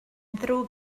ddrwg